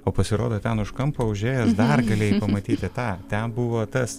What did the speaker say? o pasirodo ten už kampo užėjęs dar galėjai matyti tą ten buvo tas